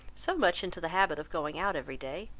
so much into the habit of going out every day,